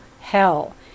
hell